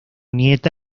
nieta